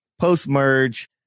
post-merge